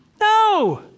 No